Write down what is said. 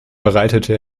bereitete